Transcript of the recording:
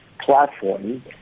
platform